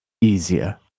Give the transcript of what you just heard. easier